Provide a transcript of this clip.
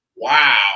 Wow